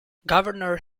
governor